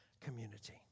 community